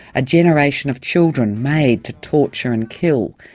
a generation of children made to torture and kill,